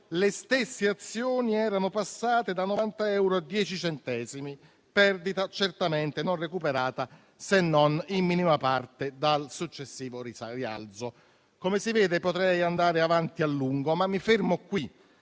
le stesse azioni erano passate da 90 euro a 10 centesimi, perdita certamente non recuperata, se non in minima parte, dal successivo rialzo. Come si vede, potrei andare avanti a lungo, ma mi fermo qui,